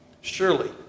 Surely